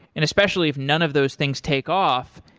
and especially if none of those things take off,